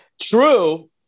True